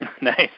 Nice